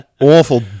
awful